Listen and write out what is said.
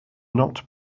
not